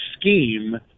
scheme